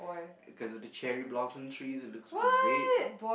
cause of the cherry blossom trees it looks great